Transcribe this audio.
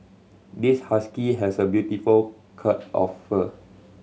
this husky has a beautiful of fur